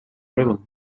raven